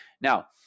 now